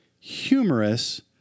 humorous